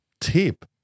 tip